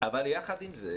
אבל יחד עם זאת